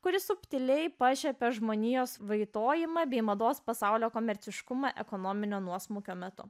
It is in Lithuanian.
kuris subtiliai pašiepia žmonijos vaitojimą bei mados pasaulio komerciškumą ekonominio nuosmukio metu